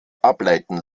ableiten